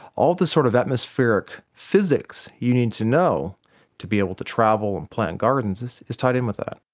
all the sort of atmospheric physics you need to know to be able to travel and plant gardens is is tied in with that.